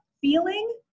feeling